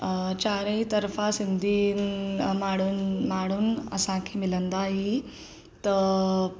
चारई तर्फ़ा सिंधी माण्हुनि माण्हुनि असांखे मिलंदा ई त